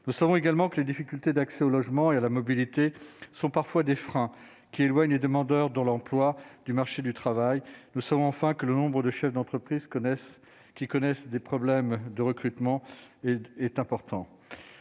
nous savons également que les difficultés d'accès au logement et à la mobilité sont parfois des freins qui elle voit une et demandeurs dans l'emploi du marché du travail, nous sommes enfin que le nombre de chefs d'entreprises connaissent, qui connaissent des problèmes de recrutement est important,